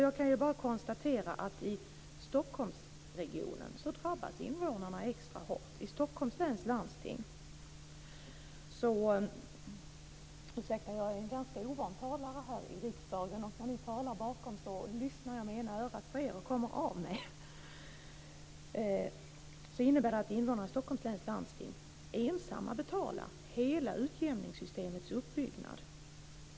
Jag kan bara konstatera att invånarna i Stockholmsregionen drabbas extra hårt. Invånarna i Stockholms läns landsting betalar ensamma hela utjämningssystemets uppbyggnad.